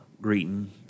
greeting